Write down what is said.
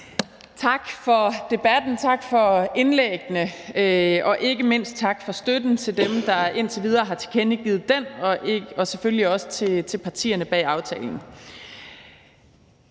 Tak for debatten, tak for indlæggene, og ikke mindst tak for støtten til dem, der indtil videre har tilkendegivet den, og selvfølgelig også tak til partierne bag aftalen.